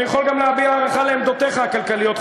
אני יכול גם להביע הערכה לעמדותיך הכלכליות,